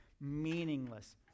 meaningless